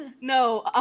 No